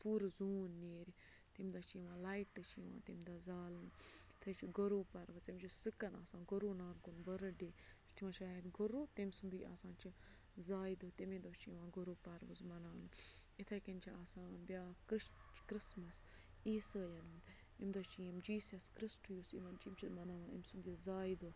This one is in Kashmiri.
پوٗرٕ زوٗن نیرِ تَمہِ دۄہ چھِ یِوان لایٹہٕ چھِ یِوان تمہِ دۄہ زالنہٕ یِتھَے چھِ گروٗ پرو تٔمِس چھِ سِکَن آسان گروٗ نانکُن بٔرٕڈے شاید گروٗ تٔمۍ سُنٛدُے آسان چھُ زایہِ دۄہ تَمے دۄہ چھِ یِوان گروٗ پروُس مَناونہٕ یِتھَے کٔنۍ چھِ آسان بیٛاکھ کِرٛ کِرسمَس عیٖسٲیَن ہُنٛد امہِ دۄہ چھِ یِم جیٖسَس کِرٛسٹ یُس یِمَن چھِ یِم چھِ مَناوان أمۍ سُنٛد یہِ زایہِ دۄہ